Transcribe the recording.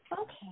okay